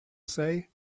say